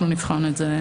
אנחנו נבחן את זה.